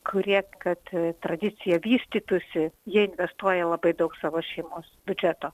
kurie kad tradicija vystytųsi jie investuoja labai daug savo šeimos biudžeto